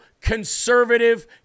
conservative